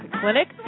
Clinic